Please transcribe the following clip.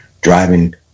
driving